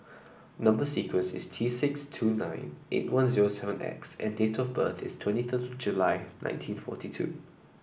number sequence is T six two nine eight one zero seven X and date of birth is twenty third of July nineteen forty two